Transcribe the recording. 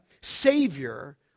Savior